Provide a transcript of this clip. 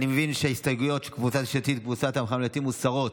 אני מבין שההסתייגויות של קבוצת יש עתיד וקבוצת המחנה הממלכתי מוסרות.